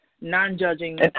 non-judging